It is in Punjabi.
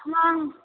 ਹਾਂ